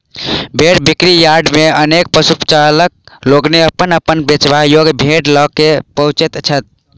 भेंड़ बिक्री यार्ड मे अनेको पशुपालक लोकनि अपन अपन बेचबा योग्य भेंड़ ल क पहुँचैत छथि